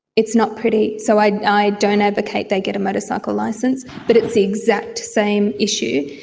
it's not pretty. so i don't advocate they get a motorcycle licence. but it's the exact same issue.